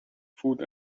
food